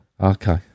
Okay